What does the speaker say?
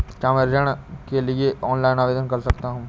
क्या मैं ऋण के लिए ऑनलाइन आवेदन कर सकता हूँ?